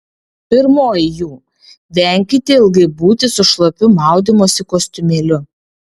pirmoji jų venkite ilgai būti su šlapiu maudymosi kostiumėliu